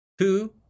Two